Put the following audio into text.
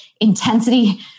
intensity